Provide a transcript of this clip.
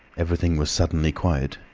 everything was suddenly quiet.